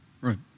Right